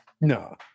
no